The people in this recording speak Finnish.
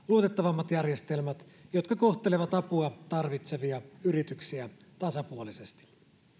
luotettavammat järjestelmät jotka kohtelevat apua tarvitsevia yrityksiä tasapuolisesti